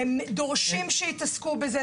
דורשים שיתעסקו בזה,